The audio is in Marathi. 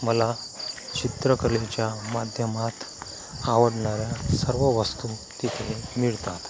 मला चित्रकलेच्या माध्यमात आवडणाऱ्या सर्व वस्तू तिथे मिळतात